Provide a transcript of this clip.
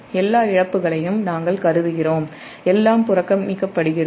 எல்லா இழப்புகளையும் நாம் கருதுகிறோம் எல்லாம் புறக்கணிக்கப்படுகிறது